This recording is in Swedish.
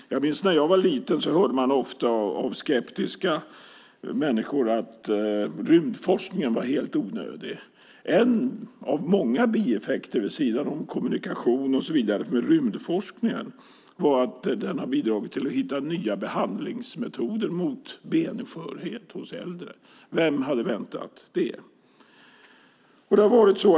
När jag var liten hörde man ofta av skeptiska människor att rymdforskningen var helt onödig. En av många bieffekter med rymdforskningen vid sidan av kommunikation är att den har bidragit till att hitta nya behandlingsmetoder mot benskörhet hos äldre. Vem hade väntat sig det? Herr talman!